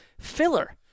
filler